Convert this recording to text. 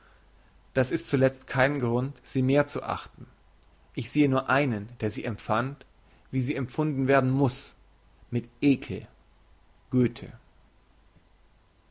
das ist zuletzt kein grund sie mehr zu achten ich sehe nur einen der sie empfand wie sie empfunden werden muss mit ekel goethe